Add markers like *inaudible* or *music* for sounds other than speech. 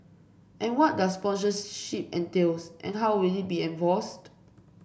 and what does *unintelligible* entail and how will it be enforced